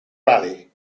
rally